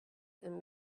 and